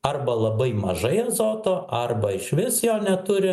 arba labai mažai azoto arba išvis jo neturi